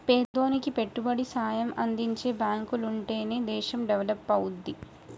పేదోనికి పెట్టుబడి సాయం అందించే బాంకులుంటనే దేశం డెవలపవుద్ది